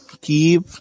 keep